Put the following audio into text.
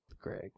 Greg